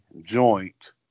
Joint